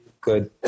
good